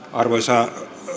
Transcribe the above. arvoisa